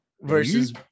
versus